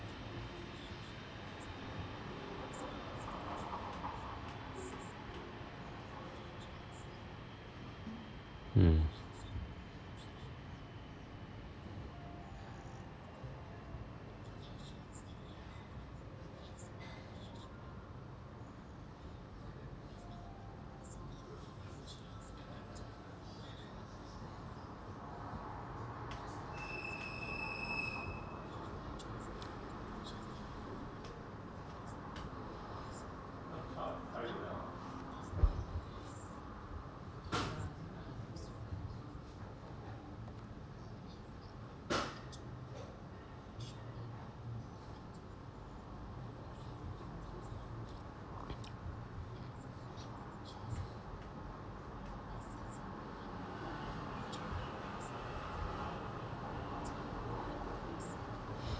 mm